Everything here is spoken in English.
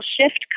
shift